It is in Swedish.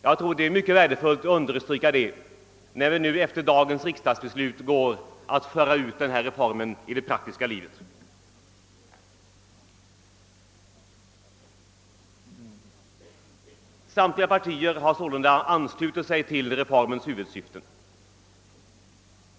Jag anser det vara ytterst värdefullt att understryka det, när vi efter dagens riksdagsbeslut skall föra ut reformen i det praktiska livet. Samtliga partier har sålunda anslutit sig till reformens huvudsyften.